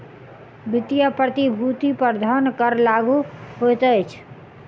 वित्तीय प्रतिभूति पर धन कर लागू होइत अछि